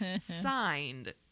signed